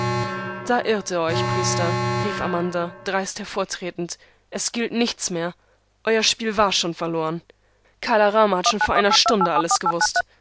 da irrt ihr euch priester rief amanda dreist hervortretend es gilt nichts mehr euer spiel war schon verloren kala rama hat schon vor einer stunde alles gewußt